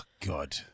god